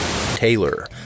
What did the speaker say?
Taylor